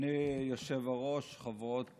אדוני היושב-ראש, חברות